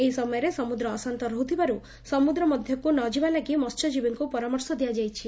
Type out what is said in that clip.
ଏହି ସମୟରେ ସମୁଦ୍ର ଅଶାନ୍ତ ରହୁଥିବାରୁ ସମୁଦ୍ର ମଧ୍ଧକୁ ନଯିବାଲାଗି ମତସ୍ୟଜୀବୀଙ୍କୁ ପରାମର୍ଶ ଦିଆଯାଇଛି